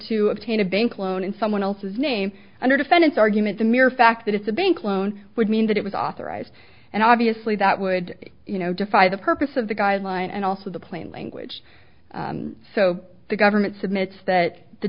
to obtain a bank loan in someone else's name under defendant's argument the mere fact that it's a bank loan would mean that it was authorized and obviously that would defy the purpose of the guideline and also the plain language so the government's admits that the